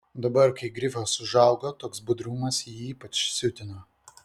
dabar kai grifas užaugo toks budrumas jį ypač siutino